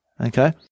Okay